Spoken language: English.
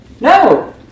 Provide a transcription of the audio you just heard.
No